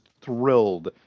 thrilled